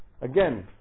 again